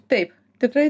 taip tikrai